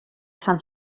sant